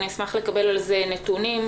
אשמח לקבל על זה נתונים.